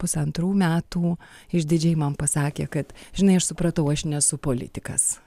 pusantrų metų išdidžiai man pasakė kad žinai aš supratau aš nesu politikas